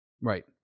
Right